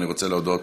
אני רוצה להודות